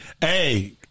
hey